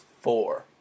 four